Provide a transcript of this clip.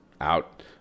out